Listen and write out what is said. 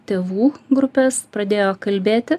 tėvų grupes pradėjo kalbėti